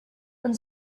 and